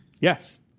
Yes